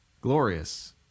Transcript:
Glorious